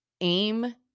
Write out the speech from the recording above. aim